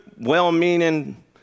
well-meaning